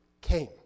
came